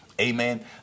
Amen